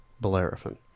Bellerophon